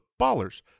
BALLERS